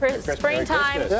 Springtime